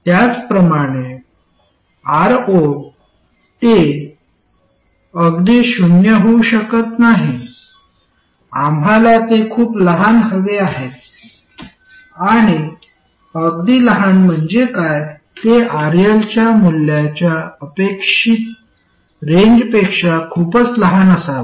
त्याचप्रमाणे Ro ते अगदी शून्य होऊ शकत नाही आम्हाला ते खूपच लहान हवे आहे आणि अगदी लहान म्हणजे काय ते RL च्या मूल्यांच्या अपेक्षित रेंजपेक्षा खूपच लहान असावे